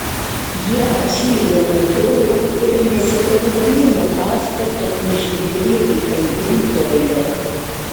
jie atšlijo nuo durų ir nesitraukdami nuo pastato nuskubėjo įkandin doilio